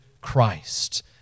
Christ